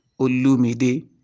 Olumide